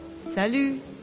Salut